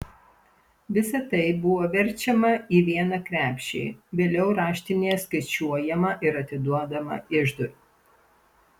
visa tai buvo verčiama į vieną krepšį vėliau raštinėje skaičiuojama ir atiduodama iždui